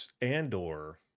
Andor